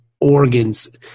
organs